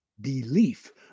Belief